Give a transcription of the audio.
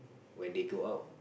when they go out